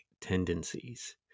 tendencies